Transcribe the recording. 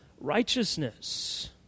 righteousness